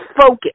focus